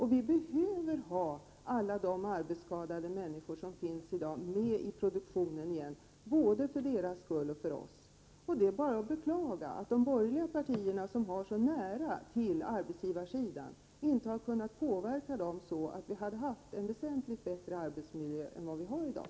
Vi behöver ha alla de arbetsskadade människor som finns i dag med i produktionen igen, både för deras skull och för vår egen. Det är bara att beklaga att de borgerliga partierna, som har så nära till arbetsgivarsidan, inte har kunnat påverka den så att vi hade fått en väsentligt bättre arbetsmiljö än den vi har i dag.